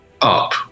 up